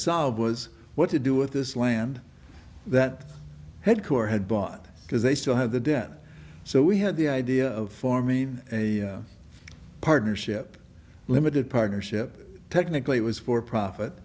solve was what to do with this land that had core had bought because they still had the debt so we had the idea of forming a partnership limited partnership technically it was for profit